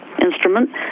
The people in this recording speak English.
instrument